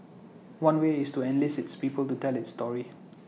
one way is to enlist its people to tell its story